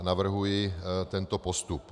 Navrhuji tento postup.